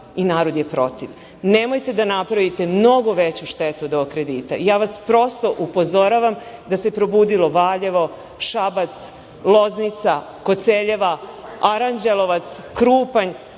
i narod je protiv. Nemojte da napravite mnogo veću štetu od ovog kredita. Ja vas prosto upozoravam da se probudilo Valjevo, Šabac, Loznica, Koceljeva, Aranđelovac, Krupanj.